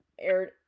aired